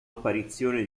apparizione